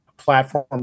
platform